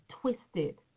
twisted